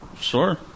Sure